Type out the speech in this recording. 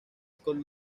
scott